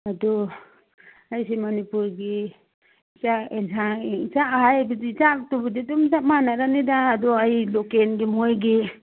ꯑꯗꯣ ꯑꯩꯁꯦ ꯃꯅꯤꯄꯨꯔꯒꯤ ꯆꯥꯛ ꯑꯦꯟꯁꯥꯡ ꯆꯥꯛ ꯍꯥꯏꯕꯗꯤ ꯆꯥꯛꯇꯨꯕꯨꯗꯤ ꯑꯗꯨꯝ ꯆꯞ ꯃꯥꯟꯅꯔꯅꯤꯗ ꯑꯗꯣ ꯑꯩ ꯂꯣꯀꯦꯜꯒꯤ ꯃꯣꯏꯒꯤ